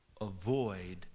avoid